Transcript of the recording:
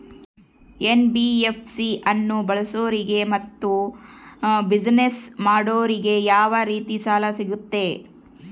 NBFC ಅನ್ನು ಬಳಸೋರಿಗೆ ಮತ್ತೆ ಬಿಸಿನೆಸ್ ಮಾಡೋರಿಗೆ ಯಾವ ರೇತಿ ಸಾಲ ಸಿಗುತ್ತೆ?